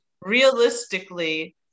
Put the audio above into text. realistically